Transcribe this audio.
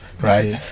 right